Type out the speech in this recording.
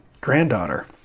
granddaughter